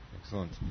Excellent